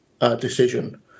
decision